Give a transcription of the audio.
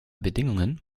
bedingungen